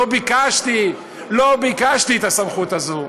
לא ביקשתי את הסמכות הזאת,